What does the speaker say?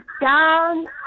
down